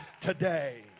today